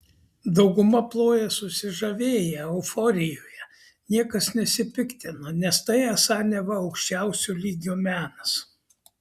dauguma ploja susižavėję euforijoje niekas nesipiktina nes tai esą neva aukščiausio lygio menas